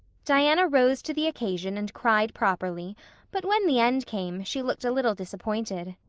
diana rose to the occasion and cried properly but, when the end came, she looked a little disappointed.